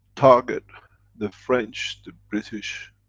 target the french, the british,